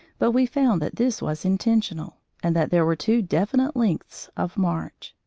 but we found that this was intentional, and that there were two definite lengths of march.